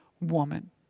woman